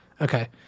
okay